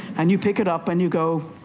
and you pick it up and you go,